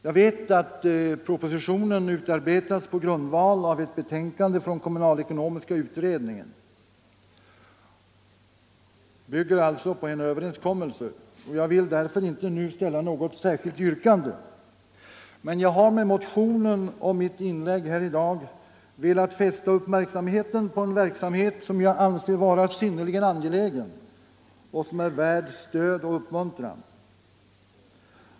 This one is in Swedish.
Jag vet att propositionen utarbetats på grund av ett betänkande från kommunalekonomiska utredningen. Den bygger alltså på en överenskommelse. Jag vill därför inte nu ställa något särskilt yrkande. Men jag har med motionen och mitt inlägg här i dag velat fästa uppmärksamheten på en verksamhet som jag anser vara synnerligen angelägen och som är värd stöd och uppmuntran.